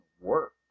work